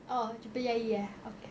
oh jumpa yayi ah okay